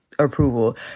approval